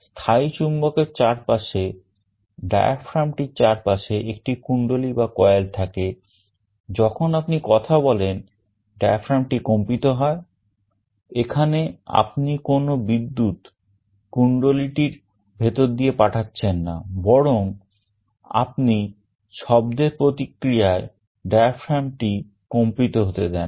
স্থায়ী চুম্বকের চারপাশে diaphragm টির চারপাশে একটি কুন্ডলী ভেতর দিয়ে পাঠাচ্ছেন না বরং আপনি শব্দের প্রতিক্রিয়ায় diaphragmটি কম্পিত হতে দেন